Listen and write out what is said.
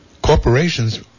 corporations